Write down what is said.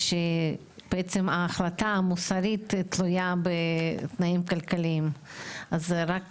שבעצם ההחלטה המוסרית תלויה בתנאים כלכליים אז האופציה היא